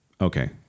okay